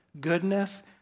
goodness